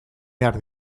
behar